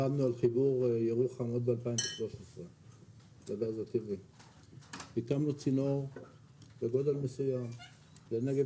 עבדנו על חיבור ירוחם עוד בשנת 2013. התקנו צינור בגודל מסוים לנגב